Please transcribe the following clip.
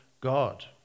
God